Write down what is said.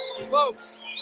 Folks